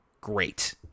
great